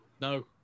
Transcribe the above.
No